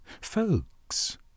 Folks